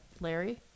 Larry